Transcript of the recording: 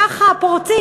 ככה פורצים,